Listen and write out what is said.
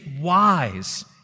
wise